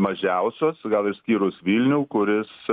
mažiausios gal išskyrus vilnių kuris